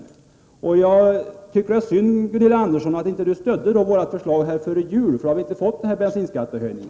Det är synd att Gunilla Andersson inte stödde våra förslag före jul. Då hade det inte blivit någon bensinskattehöjning.